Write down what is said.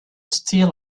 steel